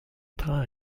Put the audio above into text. time